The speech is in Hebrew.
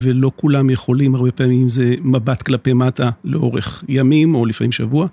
ולא כולם יכולים, הרבה פעמים זה מבט כלפי מטה לאורך ימים או לפעמים שבוע.